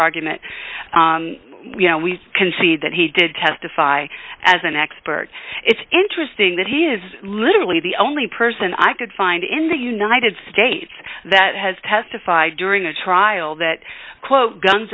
argument you know we can see that he did testify as an expert it's interesting that he is literally the only person i could find in the united states that has testified during a trial that quote guns